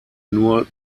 nur